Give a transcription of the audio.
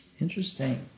Interesting